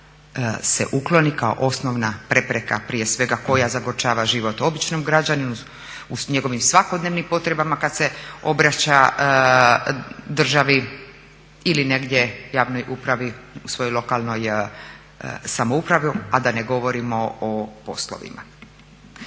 ukloni kao osnovna prepreka prije svega koja zagorčava život običnom građaninu u njegovim svakodnevnim potrebama kad se obraća državi ili negdje javnoj upravi u svojoj lokalnoj samoupravi a da ne govorimo o poslovima.